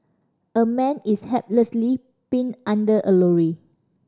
a man is helplessly pinned under a lorry